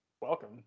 Welcome